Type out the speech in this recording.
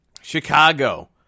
Chicago